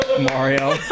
Mario